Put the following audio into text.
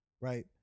Right